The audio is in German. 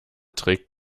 trägt